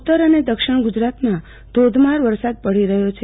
ઉત્તર અને દક્ષિણ ગુજરાતમાં ધોધમાર વરસાદ પડી રહ્યો છે